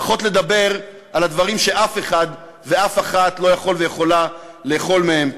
ופחות ידבר על הדברים שאף אחד ואף אחת לא יכול ויכולה לאכול מהם.